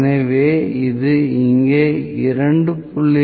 எனவே இது இங்கே 2